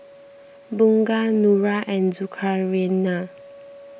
Bunga Nura and Zulkarnain